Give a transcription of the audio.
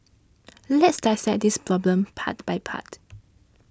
let's dissect this problem part by part